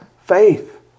faith